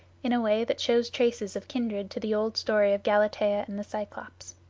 in a way that shows traces of kindred to the old story of galatea and the cyclops.